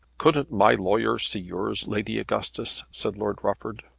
couldn't my lawyer see yours, lady augustus? said lord rufford.